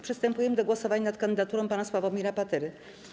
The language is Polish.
Przystępujemy do głosowania nad kandydaturą pana Sławomira Patyry.